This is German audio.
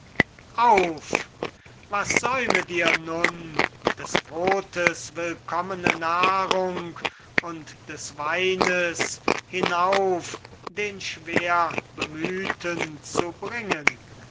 auf was säumet ihr nun des brotes willkommene nahrung und des weines hinauf den schwerbemühten zu bringen